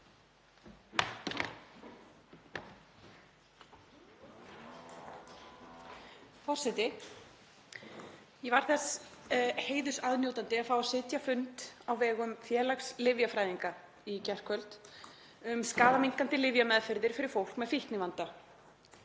Forseti. Ég var þess heiðurs aðnjótandi að fá að sitja fund á vegum félags lyfjafræðinga í gærkvöldi um skaðaminnkandi lyfjameðferðir fyrir fólk með fíknivanda.